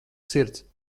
sirds